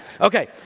Okay